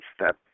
step